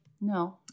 No